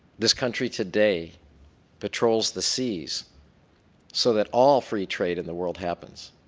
this country today patrols the seas so that all free trade in the world happens.